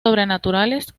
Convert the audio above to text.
sobrenaturales